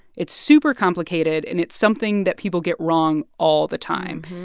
it's super complicated. and it's something that people get wrong all the time.